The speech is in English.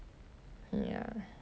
job inter~ is it receptionist